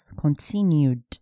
continued